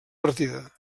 partida